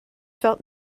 felt